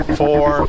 four